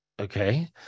Okay